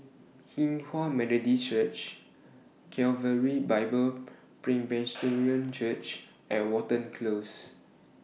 Hinghwa Methodist Church Calvary Bible Presbyterian Church and Watten Close